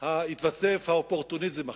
"האופורטוניזם החזירי",